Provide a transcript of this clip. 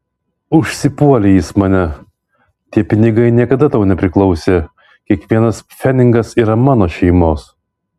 užsipuolė jis mane tie pinigai niekada tau nepriklausė kiekvienas pfenigas yra mano šeimos